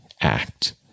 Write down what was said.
act